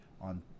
on